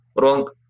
wrong